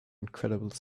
incredible